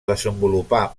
desenvolupar